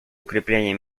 укрепления